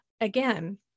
again